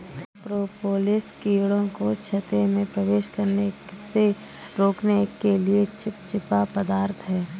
propolis कीड़ों को छत्ते में प्रवेश करने से रोकने के लिए चिपचिपा पदार्थ है